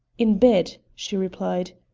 in bed, she replied.